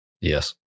Yes